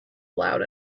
loud